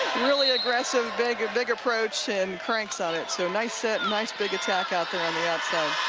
really aggressive, big, big approach and cranks on it so nice set, nice big attack out there on the outside.